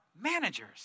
managers